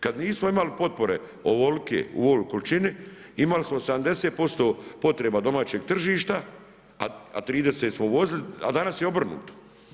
Kada nismo imali potpore, ovolike u ovoj količini, imali smo 70% potreba domaćeg tržišta, a 30 smo uvozili, a danas je obrnuto.